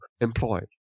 employed